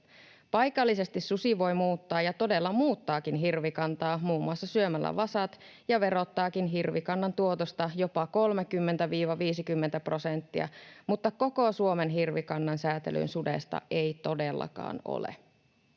Paikallisesti susi voi muuttaa ja todella muuttaakin hirvikantaa muun muassa syömällä vasat ja verottaakin hirvikannan tuotosta jopa 30–50 prosenttia, mutta koko Suomen hirvikannan säätelyyn sudesta ei todellakaan ole.